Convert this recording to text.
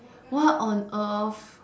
what on earth